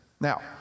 Now